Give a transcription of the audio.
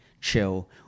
chill